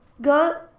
go